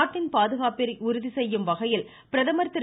நாட்டின் பாதுகாப்பிற்கு உறுதி செய்யும் வகையில் பிரதமர் திரு